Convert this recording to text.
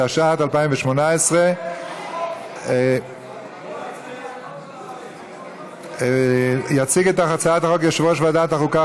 התשע"ט 2018. יציג את הצעת החוק יושב-ראש ועדת החוקה,